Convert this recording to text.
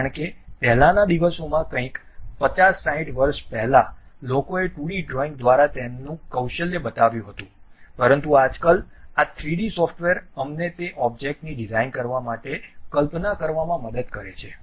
કારણ કે પહેલાના દિવસોમાં કંઈક 50 60 વર્ષ પહેલા લોકોએ 2D ડ્રોઇંગ દ્વારા તેમનું કૌશલ્ય બતાવ્યું હતું પરંતુ આજકાલ આ 3D સોફ્ટવેર અમને તે ઓબ્જેક્ટ ની ડિઝાઇન કરવા માટે કલ્પના કરવામાં મદદ કરે છે